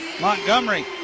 Montgomery